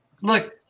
look